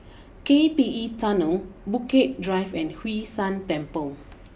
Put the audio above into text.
K P E Tunnel Bukit Drive and Hwee San Temple